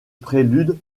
prélude